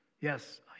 Yes